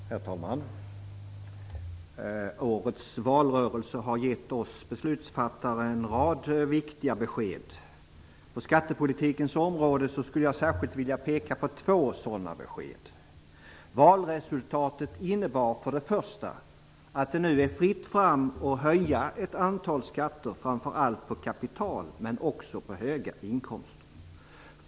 Herr talman! Årets valrörelse har gett oss beslutsfattare en rad viktiga besked. På skattepolitikens område skulle jag särskilt vilja peka på två sådana besked. Valresultatet innebar först och främst att det nu är fritt fram att höja ett antal skatter, framför allt på kapital, men också på höga inkomster.